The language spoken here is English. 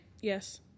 Yes